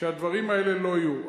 שהדברים האלה לא יהיו.